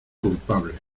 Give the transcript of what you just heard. culpable